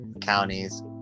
counties